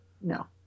No